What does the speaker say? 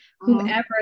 whomever